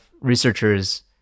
researchers